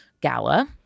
gala